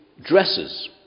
dresses